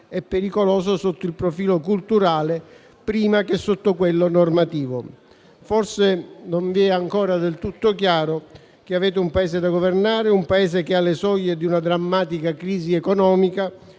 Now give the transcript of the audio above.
e pericoloso sotto il profilo culturale, prima che sotto quello normativo. Forse non vi è ancora del tutto chiaro che avete un Paese da governare, un Paese che è alle soglie di una drammatica crisi economica